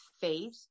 faith